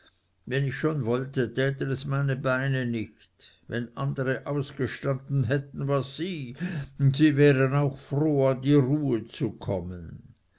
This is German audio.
wenn ich schon wollte täten es meine beine nicht wenn andere ausgestanden hätten was sie sie wären auch froh an die ruhe zu kommen